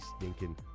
stinking